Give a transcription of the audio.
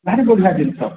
ଭାରି ବଢ଼ିଆ ଜିନିଷ